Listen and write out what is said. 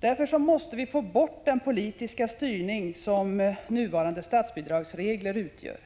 Därför måste vi få bort den politiska styrning som nuvarande statsbidragsregler utgör.